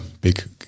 big